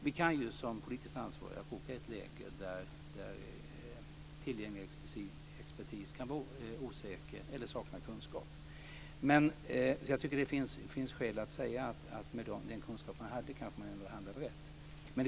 Vi kan ju som politiskt ansvariga råka i ett läge där tillgänglig expertis är osäker eller saknar kunskap. Men jag tycker att det finns skäl att säga att med den kunskap man hade kanske man ändå handlade rätt.